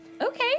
Okay